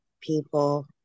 people